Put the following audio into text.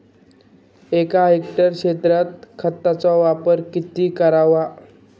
एक हेक्टर क्षेत्रात खताचा वापर किती करावा?